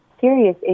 serious